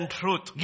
truth